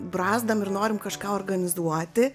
brazdam ir norim kažką organizuoti